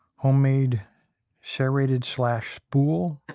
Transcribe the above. homemade serrated slash spool.